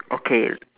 okay